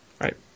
right